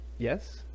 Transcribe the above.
Yes